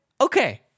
okay